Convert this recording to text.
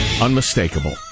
unmistakable